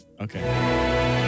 Okay